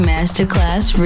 Masterclass